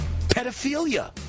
pedophilia